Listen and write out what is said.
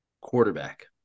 quarterback